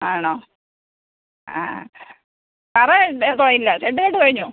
ആണോ ആ തറ വേണ്ടേ ഓ ഇല്ല ഷെഡ് കെട്ട് കഴിഞ്ഞോ